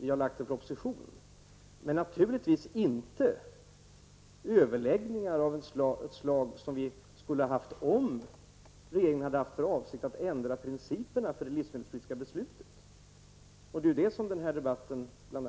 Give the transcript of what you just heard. vi lade fram en proposition. Men det har naturligtvis inte förekommit överläggningar av det slag som vi skulle ha haft om regeringen hade haft för avsikt att ändra principerna för det livsmedelspolitiska beslutet. Det är ju bl.a. det som den här debatten gäller.